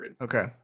Okay